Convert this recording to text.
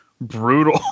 brutal